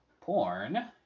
porn